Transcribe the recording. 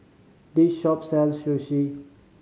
this shop sells Sushi